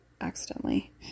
accidentally